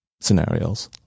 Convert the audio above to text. scenarios